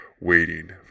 waiting